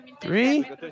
three